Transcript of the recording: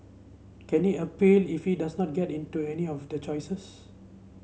can he appeal if he does not get into any of the choices